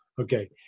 Okay